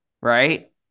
right